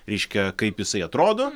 reiškia kaip jisai atrodo